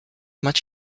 much